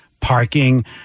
parking